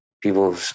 people